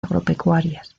agropecuarias